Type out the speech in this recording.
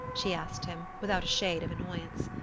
she asked him, without a shade of annoyance.